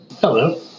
Hello